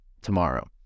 tomorrow